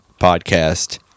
podcast